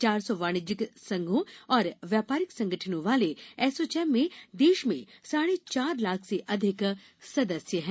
चार सौ वाणिज्यय संघों और व्यापारिक संगठनों वाले एसोचैम में देश में साढ़े चार लाख से अधिक सदस्य हैं